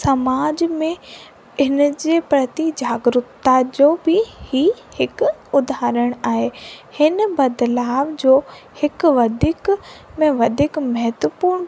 समाज में हिनजे प्रति जागरुक्ता जो बि ही हिकु उदाहरण आहे हिन बदलाउ जो हिकु वधीक में वधीक महत्वपुर्ण